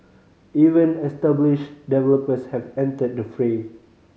even established developers have entered the fray